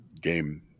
game